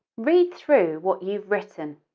read through what you've written.